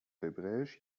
hebräisch